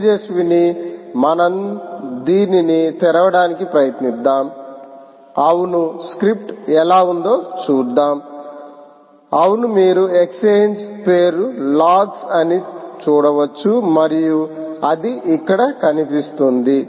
తేజస్విని మనందీనిని తెరవడానికి ప్రయత్నిద్దాం అవును స్క్రిప్ట్ ఎలా ఉందో చూద్దాం అవును మీరు ఎక్స్ఛేంజ్ పేరు లాగ్స్ అని చూడవచ్చు మరియు అది ఇక్కడ కనిపిస్తుంది